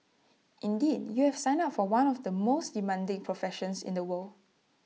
indeed you have signed up for one of the most demanding professions in the world